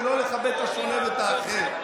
ולא לכבד את השונה ואת האחר.